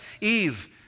Eve